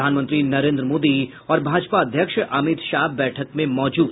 प्रधानमंत्री नरेन्द्र मोदी और भाजपा अध्यक्ष अमित शाह बैठक में मौजूद